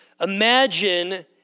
Imagine